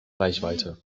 reichweite